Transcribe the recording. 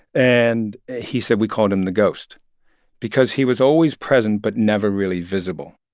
and he said we called him the ghost because he was always present but never really visible